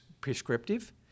prescriptive